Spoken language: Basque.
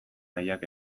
nahiak